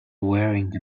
wearing